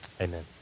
Amen